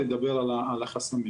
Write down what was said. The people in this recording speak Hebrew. לדבר על החסמים.